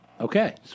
Okay